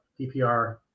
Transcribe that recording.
PPR